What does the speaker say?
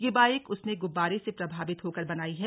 यह बाइक उसने गुब्बारे से प्रभावित होकर बनाई है